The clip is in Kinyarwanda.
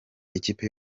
ikipe